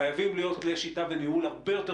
חייבים להיות כלי שליטה וניהול הרבה יותר